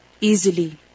easily